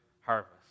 harvest